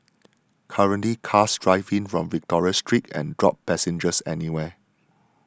currently cars drive in from Victoria Street and drop passengers anywhere